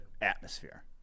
atmosphere